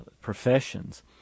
professions